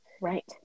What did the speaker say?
right